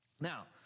Now